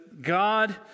God